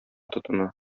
тотына